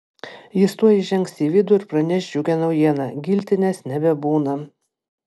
jis tuoj įžengs į vidų ir praneš džiugią naujieną giltinės nebebūna